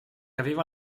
aveva